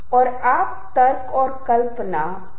मैं यह बजा के भी सुनाऊंगा जबहम टिम्बर के बारे में चर्चा करेंगे